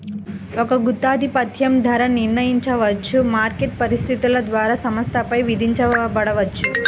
ఒక గుత్తాధిపత్యం ధర నిర్ణయించబడవచ్చు, మార్కెట్ పరిస్థితుల ద్వారా సంస్థపై విధించబడవచ్చు